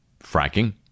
fracking